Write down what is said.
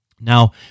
Now